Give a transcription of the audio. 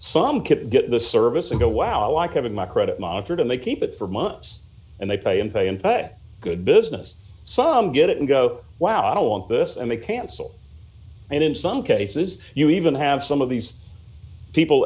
get the service and go wow like having my credit monitored and they keep it for months and they pay and pay and pay good business some get it and go wow i don't want this and they cancel and in some cases you even have some of these people